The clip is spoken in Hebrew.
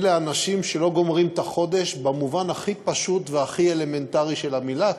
אלה אנשים שלא גומרים את החודש במובן הכי פשוט והכי אלמנטרי של המילה,